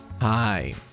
Hi